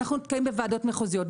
אנחנו נתקעים בוועדות מחוזיות,